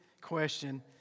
question